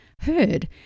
heard